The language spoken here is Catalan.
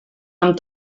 amb